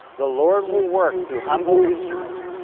the lord will work through humble instruments,